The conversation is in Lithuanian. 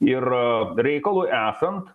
ir reikalui esant